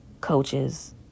coaches